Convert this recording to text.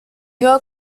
نگاه